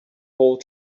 hall